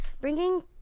bringing